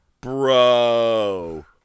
Bro